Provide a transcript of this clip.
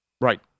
Right